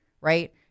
Right